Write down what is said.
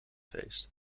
feest